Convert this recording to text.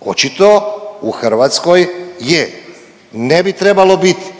Očito u Hrvatskoj je. Ne bi trebalo biti.